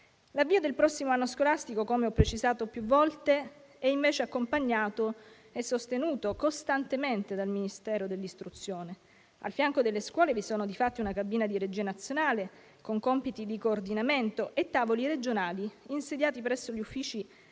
L'avvio del prossimo anno scolastico - come ho precisato più volte - è invece accompagnato e sostenuto costantemente dal Ministero dell'istruzione. A fianco delle scuole vi sono di fatti una cabina di regia nazionale, con compiti di coordinamento, e tavoli regionali insediati presso gli uffici